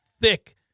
thick